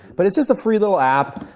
but it's just a free little app.